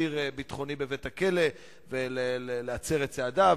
אסיר ביטחוני בבית-הכלא ולהצר את צעדיו,